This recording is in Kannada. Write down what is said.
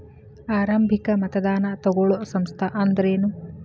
ಆರಂಭಿಕ್ ಮತದಾನಾ ತಗೋಳೋ ಸಂಸ್ಥಾ ಅಂದ್ರೇನು?